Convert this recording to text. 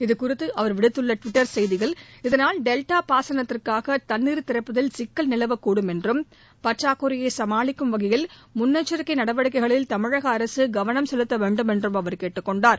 இதுகுறித்து அவர் விடுத்துள்ள டுவிட்டர் செய்தியில் டெல்டா பாசனத்திற்காக தண்ணீர் திறப்பதில் சிக்கல் நிலவக்கூடும் என்றும் பற்றாக்குறையை சமாளிக்கும் வகையில் முன்னெச்சரிக்கை நடவடிக்கைகளில் தமிழக அரசு கவனம் செலுத்த வேண்டுமென்று கேட்டுக் கொண்டுள்ளார்